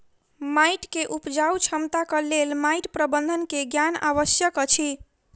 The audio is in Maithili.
माइट के उपजाऊ क्षमताक लेल माइट प्रबंधन के ज्ञान आवश्यक अछि